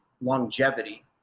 longevity